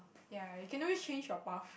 ya you can always change your path